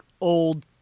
old